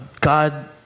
God